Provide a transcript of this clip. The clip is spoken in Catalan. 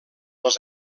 les